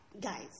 guys